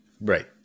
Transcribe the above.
right